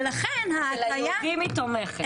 ולכן ההטעיה --- אצל היהודים היא תומכת,